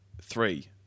three